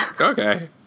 Okay